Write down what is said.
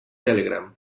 telegram